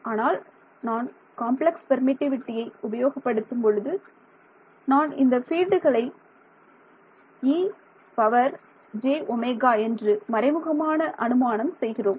ஆனால் நான் காம்ப்ளக்ஸ் பெர்மிட்டிவிட்டியை உபயோகப்படுத்தும் பொழுது நான் இந்த பீல்டுகளை ejω என்று மறைமுகமான அனுமானம் செய்கிறோம்